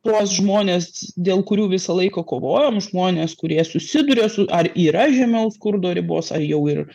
tuos žmones dėl kurių visą laiką kovojom žmones kurie susiduria su ar yra žemiau skurdo ribos ar jau ir